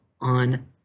on